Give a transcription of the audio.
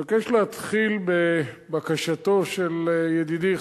אני מבקש להתחיל בבקשתו של ידידי,